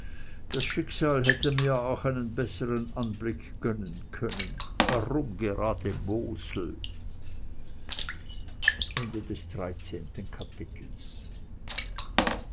das schicksal hätte mir auch einen besseren anblick gönnen können warum gerade mosel